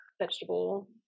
vegetable